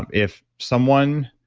if someone